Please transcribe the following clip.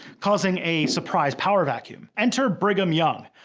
causing a surprise power vacuum. enter brigham young.